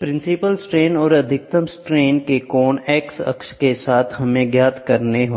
principal strain और अधिकतम strain के कोण X अक्ष के साथ हमें ज्ञात करना है